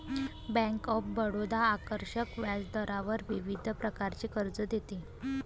bank of Baroda आकर्षक व्याजदरावर विविध प्रकारचे कर्ज देते